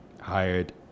hired